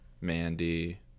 mandy